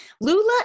Lula